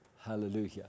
Hallelujah